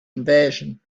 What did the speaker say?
invasion